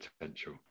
potential